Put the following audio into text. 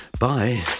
Bye